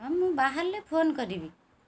ହଁ ମୁଁ ବାହାରିଲେ ଫୋନ୍ କରିବି